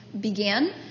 began